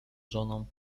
żoną